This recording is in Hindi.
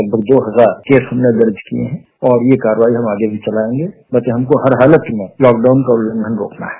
लगभग दो हजार केस हमने दर्ज किये है और यह कार्रवाई हम आगे भी चलायेंगे बस हमको हर हालत में लॉकडाउन का उल्लंघन रोकना है